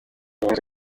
yuzuye